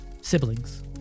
Siblings